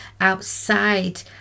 outside